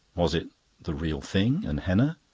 was it the real thing and henna,